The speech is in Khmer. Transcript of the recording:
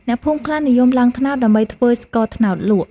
អ្នកភូមិខ្លះនិយមឡើងត្នោតដើម្បីធ្វើស្ករត្នោតលក់។